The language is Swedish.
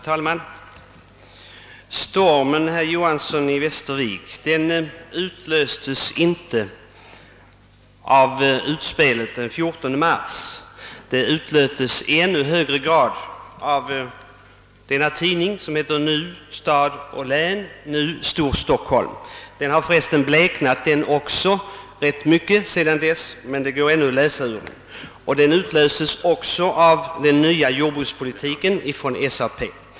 Herr talman! Stormen, herr Johanson i Västervik, utlöstes av utspelet den 14 mars och i ännu högre grad av en tidning som heter »Nu! Storstockholm. Stad och län» och som jag har här i min hand. Den har bleknat rätt mycket med tiden, den också, men det går ändå att läsa ur den. Vidare av »Den nya jordbrukspolitiken» från SAP.